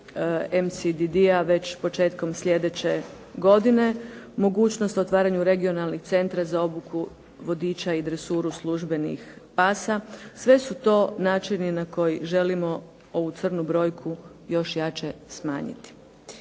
MSDD-a početkom slijedeće godine. Mogućnost otvaranju regionalnih centra za obuku vodiča i dresuru službenih pasa, sve su to načini na koje želimo ovu crnu brojku još jače smanjiti.